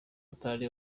atari